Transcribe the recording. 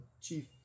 Chief